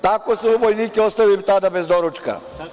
Tako su vojnike ostavili tada bez doručka.